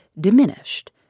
diminished